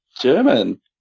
German